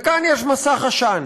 וכאן יש מסך עשן